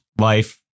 life